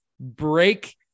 break